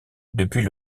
depuis